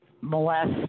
molest